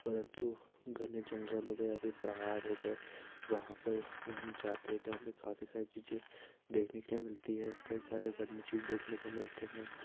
परन्तु घने जंगल हो गए या फिर पहाड़ हो गए वहाँ पर अगर हम जाते हैं तो हमें काफ़ी सारी चीज़ें देखने के लिए मिलती है ऐसे कई सारे वन्य जीव देखने को मिलते हैं